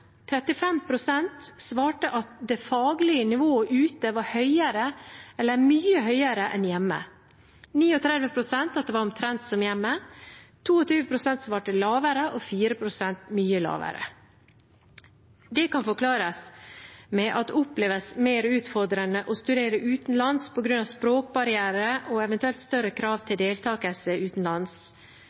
svarte at det faglige nivået ute var høyere eller mye høyere enn hjemme. 39 pst. svarte at det var omtrent som hjemme, 22 pst. svarte at det var lavere, og 4 pst. svarte at det var mye lavere. Det kan forklares med at det oppleves mer utfordrende å studere utenlands på grunn av språkbarrierer og eventuelt større krav til deltakelse utenlands,